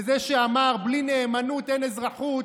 וזה שאמר שבלי נאמנות אין אזרחות,